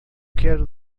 quero